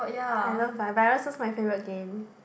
I love vi~ virus was my favourite game